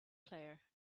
player